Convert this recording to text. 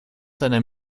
seiner